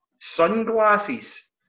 sunglasses